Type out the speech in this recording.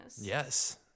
Yes